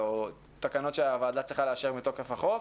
או תקנות שהוועדה צריכה לאשר מתוקף החוק.